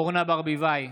אורנה ברביבאי,